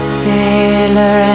sailor